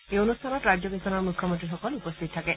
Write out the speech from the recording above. এই অনুষ্ঠানত ৰাজ্যকেইখনৰ মুখ্যমন্ত্ৰীসকল উপস্থিত থাকে